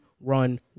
run